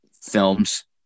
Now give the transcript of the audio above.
films